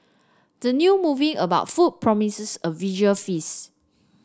the new movie about food promises a visual feasts